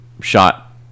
shot